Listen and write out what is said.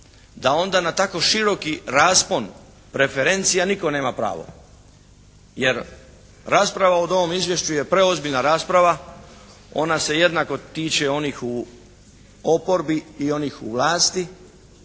da onda na tako široki raspon referencija nitko nema pravo. Jer rasprava o ovom izvješću je preozbiljna rasprava. Ona se jednako tiče onih u oporbi i onih u vlasti.